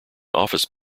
office